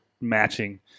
matching